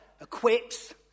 equips